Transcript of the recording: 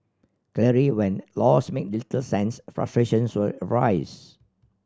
clearly when laws make little sense frustrations will arise